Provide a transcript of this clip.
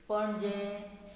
Panaji